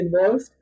involved